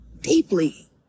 Deeply